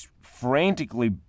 frantically